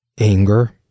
anger